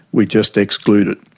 we just exclude it.